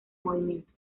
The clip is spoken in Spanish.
movimiento